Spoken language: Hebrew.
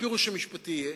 הפירוש המשפטי יהיה,